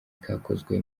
kakozwe